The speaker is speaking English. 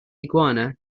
iguana